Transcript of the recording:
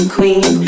Queen